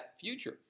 future